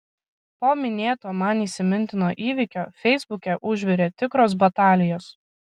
po minėto man įsimintino įvykio feisbuke užvirė tikros batalijos